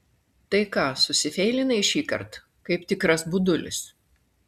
tai ką susifeilinai šįkart kaip tikras budulis